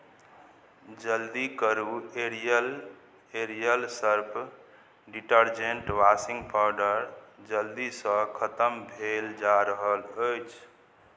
जल्दी करू Ariel Ariel Surf detergent washing powder जल्दीसँ खतम भेल जा रहल अछि